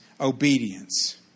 obedience